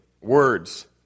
words